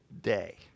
day